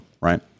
Right